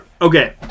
Okay